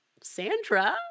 Sandra